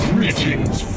Greetings